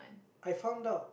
I found out